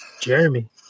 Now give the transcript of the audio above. jeremy